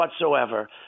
whatsoever